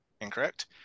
incorrect